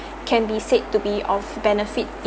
can be said to be of benefit